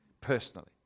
personally